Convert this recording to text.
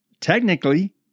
technically